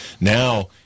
Now